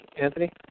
Anthony